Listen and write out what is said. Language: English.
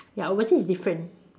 ya I would say it's different